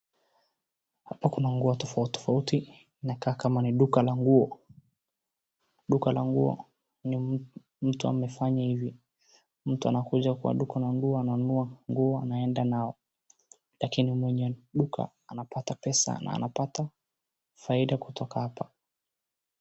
Hapo kuna nguo tofautitofauti inakaa kama ni duka la nguo. Duka la nguo ni mtu amefanya hivi, mtu anakuja kwa duka anaambiwa ananunua nguo anaenda nayo, lakini mwenye duka anapatia pesa na anapatia faida kutoka hapa.